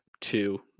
two